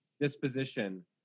disposition